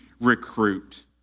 recruit